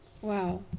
Wow